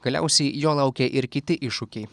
galiausiai jo laukia ir kiti iššūkiai